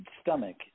stomach